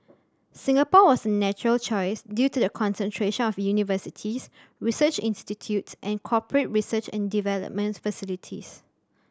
Singapore was a natural choice due to the concentration of universities research institutes and corporate research and development facilities